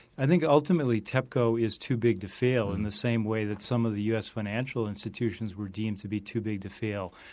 i think ultimately tepco is too big to fail in the same way that some of the u s. financial institutions were deemed to be too big to fail,